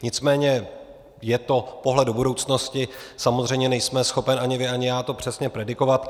Nicméně je to pohled do budoucnosti, samozřejmě nejsme schopni vy ani já to přesně predikovat.